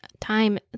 time